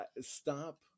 stop